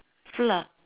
flour